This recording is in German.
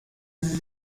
sie